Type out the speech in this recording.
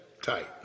Tight